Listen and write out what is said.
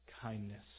kindness